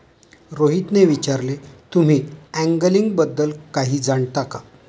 रोहितने विचारले, तुम्ही अँगलिंग बद्दल काही जाणता का?